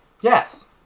Yes